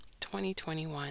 2021